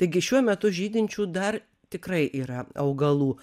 taigi šiuo metu žydinčių dar tikrai yra augalų